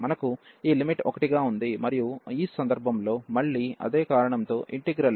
మనకు ఈ లిమిట్ 1 గా ఉంది మరియు ఈ సందర్భంలో మళ్ళీ అదే కారణంతో ఇంటిగ్రల్ లు రెండూ ఒకే విధంగా ప్రవర్తిస్తాయి